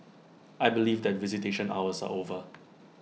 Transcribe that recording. I believe that visitation hours are over